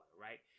right